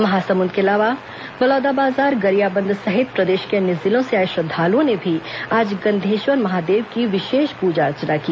महासमुंद के अलावा बलौदाबाजार गरियाबंद सहित प्रदेश के अन्य जिलों से आए श्रद्वालुओं ने भी आज गंधेश्वर महादेव की विशेष पूजा अर्चना की